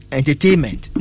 entertainment